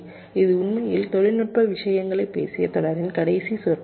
இது உண்மையில் தொழில்நுட்ப விஷயங்களைப் பேசிய தொடரின் கடைசி சொற்பொழிவு